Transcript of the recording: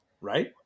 Right